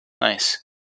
Nice